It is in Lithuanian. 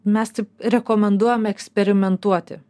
mes taip rekomenduojam eksperimentuoti